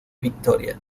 victoria